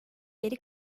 geri